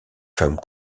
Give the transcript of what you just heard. femme